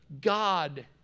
God